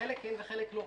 חלק כן וחלק לא.